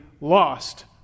lost